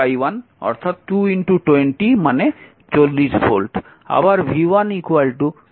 সুতরাং v0 2 i 1 2 20 40 volt